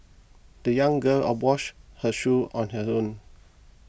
the young girl a wash her shoe on her own